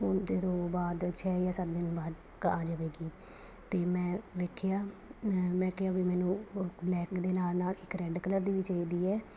ਉਹਦੇ ਤੋਂ ਬਾਅਦ ਛੇ ਜਾਂ ਸੱਤ ਦਿਨ ਬਾਅਦ ਕ ਆ ਜਾਵੇਗੀ ਅਤੇ ਮੈਂ ਵੇਖਿਆ ਮੈਂ ਮੈਂ ਕਿਹਾ ਵੀ ਮੈਨੂੰ ਬਲੈਕ ਦੇ ਨਾਲ ਨਾਲ ਇੱਕ ਰੈਡ ਕਲਰ ਦੀ ਵੀ ਚਾਹੀਦੀ ਹੈ